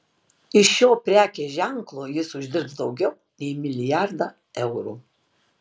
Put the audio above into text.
iš šio prekės ženklo jis uždirbs daugiau nei milijardą eurų